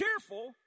cheerful